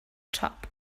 top